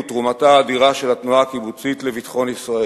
הוא תרומתה האדירה של התנועה הקיבוצית לביטחון ישראל.